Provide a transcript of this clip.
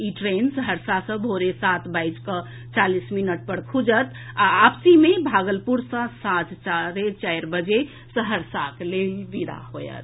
ई train Saharsa सँ भोरे सात बाजि कऽ चालीस मिनट पर खुजत आ वापसी मे भागलपुर सँ सांझ साढ़े चारि बजे सहरसाक लेल विदा होयत